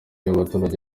y’abaturage